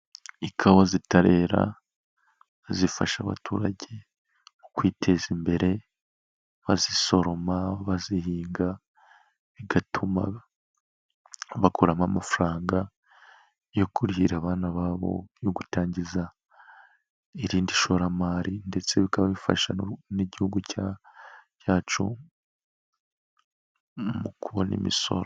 Ikawa zitarera aho zifasha abaturage mu kwiteza imbere bazisoroma bazihinga, bigatuma bakuramo amafaranga yo kurihira abana babo, yo gutangiza irindi shoramari ndetse bikababifasha n'Igihugu cyacu mu kubona imisoro.